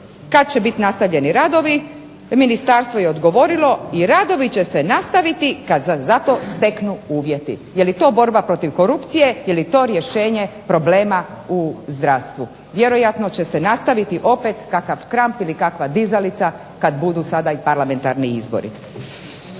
kad će biti nastavljeni radovi. Ministarstvo je odgovorilo i radovi će se nastaviti kad se za to steknu uvjeti. Je li to borba protiv korupcije? Je li to rješenje problema u zdravstvu? Vjerojatno će se nastaviti opet kakav kramp ili kakva dizalica kad budu sada i parlamentarni izbori.